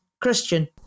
Christian